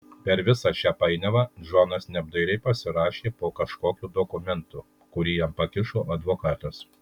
per visą šią painiavą džonas neapdairiai pasirašė po kažkokiu dokumentu kurį jam pakišo advokatas